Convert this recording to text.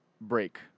break